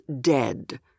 dead